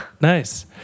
nice